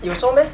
有说 meh